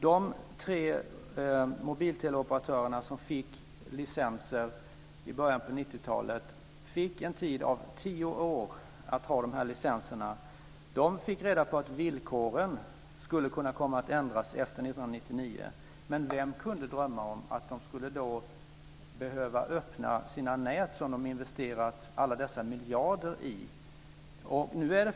De tre mobilteleoperatörer som fick licenser i början på 90-talet fick en tid av tio år att ha licenserna. De fick reda på att villkoren skulle kunna komma att ändras efter 1999, men vem kunde drömma om att de då skulle behöva öppna sina nät, som de investerat alla dessa miljarder i?